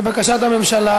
לבקשת הממשלה,